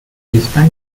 despite